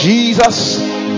Jesus